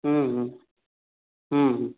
ହୁଁ ହୁଁ ହୁଁ